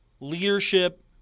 Leadership